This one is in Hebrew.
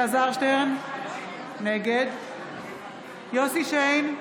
אלעזר שטרן, נגד יוסף שיין,